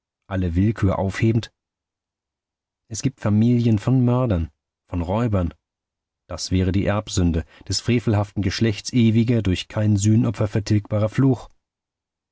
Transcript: alle willkür aufhebend es gibt familien von mördern von räubern das wäre die erbsünde des frevelhaften geschlechts ewiger durch kein sühnopfer vertilgbarer fluch